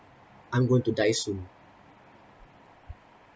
I'm going to die soon